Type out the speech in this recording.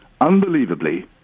unbelievably